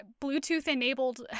Bluetooth-enabled